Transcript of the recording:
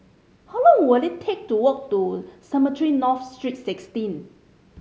how long will it take to walk to Cemetry North Street Sixteen